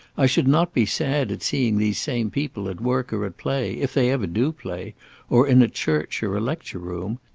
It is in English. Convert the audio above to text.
i should not be sad at seeing these same people at work or at play, if they ever do play or in a church or a lecture-room.